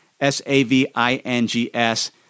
S-A-V-I-N-G-S